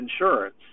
insurance